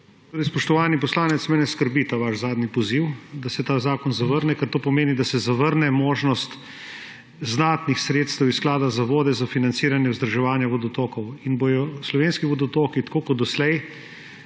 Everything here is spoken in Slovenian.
Spoštovani poslanec, mene skrbi ta vaš zadnji poziv, da se ta zakon zavrne, ker to pomeni, da se zavrne možnost znatnih sredstev iz Sklada za vode za financiranje vzdrževanja vodotokov in bodo slovenski vodotoki tako kot doslej